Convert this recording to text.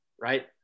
right